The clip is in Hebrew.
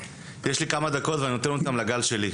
יש לי כמה דקות ואני נותן אותם ל"גל שלי".